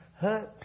hurt